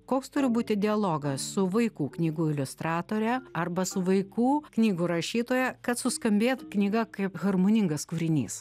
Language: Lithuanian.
koks turi būti dialogas su vaikų knygų iliustratore arba su vaikų knygų rašytoja kad suskambėtų knyga kaip harmoningas kūrinys